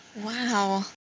Wow